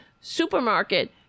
supermarket